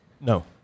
No